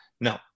No